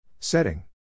Setting